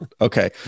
okay